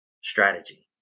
strategy